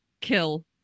kill